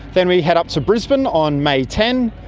then we head up to brisbane on may ten,